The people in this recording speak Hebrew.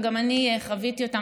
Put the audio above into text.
וגם אני חוויתי אותן,